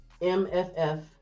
MFF